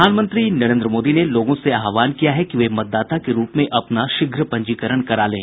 प्रधानमंत्री नरेन्द्र मोदी ने लोगों से आहवान किया है कि वे मतदाता के रूप में अपना शीघ्र पंजीकरण करा लें